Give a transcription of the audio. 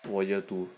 我 year two